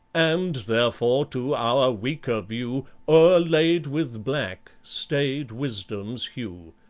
and, therefore, to our weaker view o'erlaid with black, staid wisdom's hue.